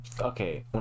okay